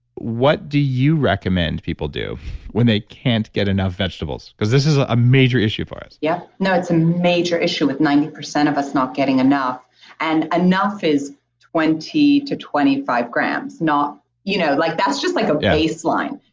what do you recommend people do when they can't get enough vegetables because this is ah a major issue for us? yeah, no it's a major issue with ninety percent of us not getting enough and enough is twenty to twenty five grams. you know like that's just like a baseline.